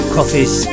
Coffees